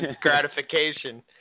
gratification